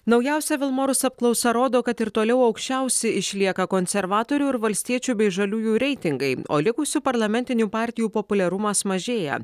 naujausia vilmorus apklausa rodo kad ir toliau aukščiausi išlieka konservatorių ir valstiečių bei žaliųjų reitingai o likusių parlamentinių partijų populiarumas mažėja